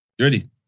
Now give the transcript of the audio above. ready